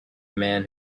man